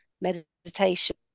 meditation